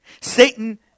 Satan